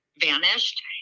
vanished